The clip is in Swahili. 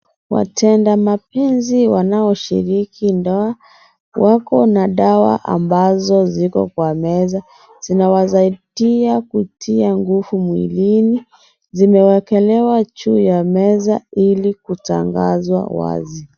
Watenda mapenzi wanaoshiriki ndoa, wako na dawa ambazo ziko kwa meza zinawasaidia kutia nguvu mwilini, zimewekelewa juu ya meza ili kutangazwa wazi.